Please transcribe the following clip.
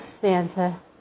Santa